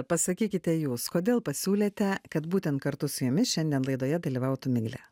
pasakykite jūs kodėl pasiūlėte kad būtent kartu su jumis šiandien laidoje dalyvautų miglė